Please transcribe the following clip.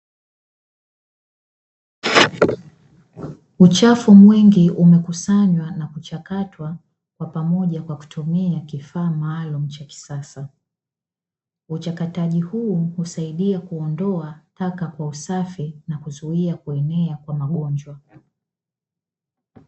Uchafu mwingi umekusanywa na kuchakatwa kwa pamoja kwa kutumia kifaa maalumu cha kisasa, uchakataji huu husaidia kuondoa taka kwa usafi, na kuzuia kuenea kwa magonjwa.